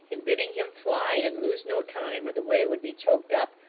and, bidding him fly, and lose no time, or the way would be choked up,